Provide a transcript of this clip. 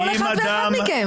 כל אחד ואחד מכם.